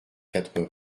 quatre